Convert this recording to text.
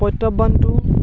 প্ৰত্য়াহ্বানটো